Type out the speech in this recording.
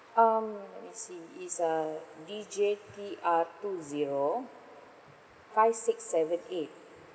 um let me see it's uh D J T R two zero five six seven eight